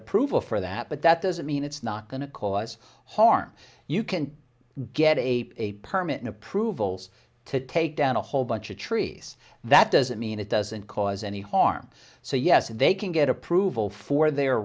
approval for that but that doesn't mean it's not going to cause harm you can get a permit in approvals to take down a whole bunch of trees that doesn't mean it doesn't cause any harm so yes they can get approval for their